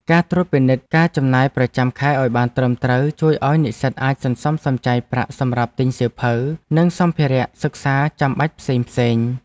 ការត្រួតពិនិត្យការចំណាយប្រចាំខែឱ្យបានត្រឹមត្រូវជួយឱ្យនិស្សិតអាចសន្សំសំចៃប្រាក់សម្រាប់ទិញសៀវភៅ និងសម្ភារៈសិក្សាចាំបាច់ផ្សេងៗ។